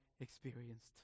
Experienced